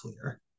clear